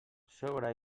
sogra